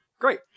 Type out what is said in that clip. great